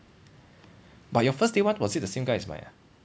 but your first day one was it the same guy as mine